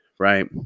right